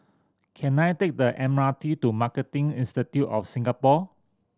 can I take the M R T to Marketing Institute of Singapore